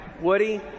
Woody